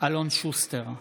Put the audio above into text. אלון שוסטר,